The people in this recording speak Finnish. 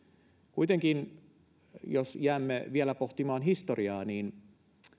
kuitenkin jos jäämme vielä pohtimaan historiaa niin